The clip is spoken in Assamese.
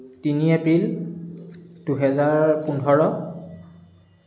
তিনি এপ্ৰিল দুহেজাৰ পোন্ধৰ